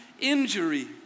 injury